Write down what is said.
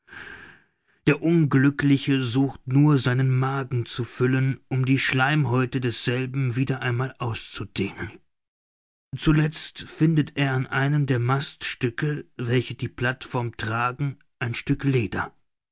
der unglückliche sucht nur seinen magen zu füllen um die schleimhäute desselben wieder einmal auszudehnen zuletzt findet er an einem der maststücke welche die plattform tragen ein stück leder